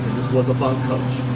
was a bunk coach.